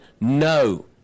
No